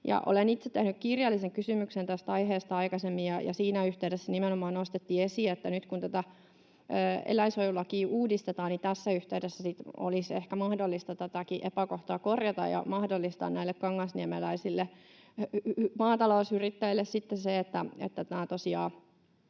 Olen itse tehnyt kirjallisen kysymyksen tästä aiheesta aikaisemmin, ja siinä yhteydessä nimenomaan nostettiin esiin, että nyt kun tätä eläinsuojelulakia uudistetaan, niin tässä yhteydessä olisi ehkä mahdollista tätäkin epäkohtaa korjata ja mahdollistaa näille kangasniemeläisille maatalousyrittäjille sitten se, että tosiaan